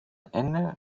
ende